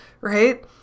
right